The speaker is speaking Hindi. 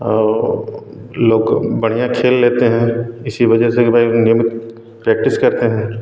और लोग बढ़िया खेल लेते हैं इसी वजह से कि भाई नियमित प्रेक्टिस करते हैं